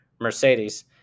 Mercedes